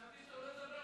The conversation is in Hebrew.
עד שלוש דקות.